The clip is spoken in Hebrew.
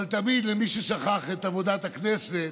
אבל תמיד, למי ששכח את עבודת הכנסת,